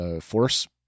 force